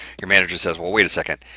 your manager says, well, wait a second.